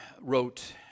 wrote